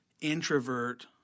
introvert